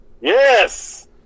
Yes